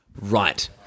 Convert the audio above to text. Right